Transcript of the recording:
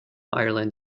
ireland